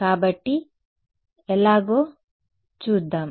కాబట్టి ఎలాగో చూద్దాం